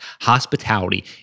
Hospitality